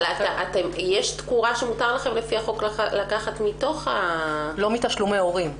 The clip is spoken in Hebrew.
אבל יש תקורה שמותר לכם לפי החוק לקחת מתוך --- לא מתשלומי ההורים.